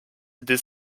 était